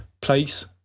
place